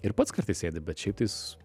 ir pats kartais sėdi bet šiaip tais